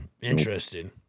Interesting